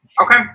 Okay